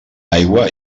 aigua